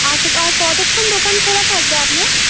আচ্ছা তো আর কতক্ষণ দোকান খোলা থাকবে আপনার